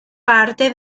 parte